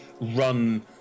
run